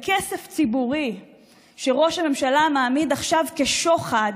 כסף ציבורי שראש הממשלה מעמיד עכשיו כשוחד,